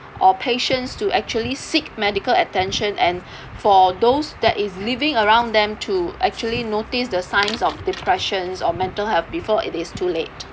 or patients to actually seek medical attention and for those that is living around them to actually notice the signs of depressions or mental health before it is too late